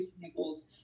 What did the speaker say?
samples